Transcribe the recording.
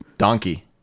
donkey